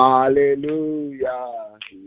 Hallelujah